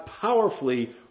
powerfully